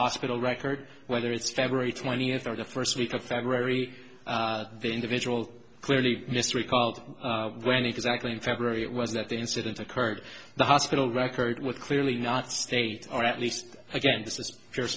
hospital record whether it's february twentieth or the first week of february the individual clearly mystery called when exactly in february it was that the incident occurred the hospital records would clearly not state or at least again this is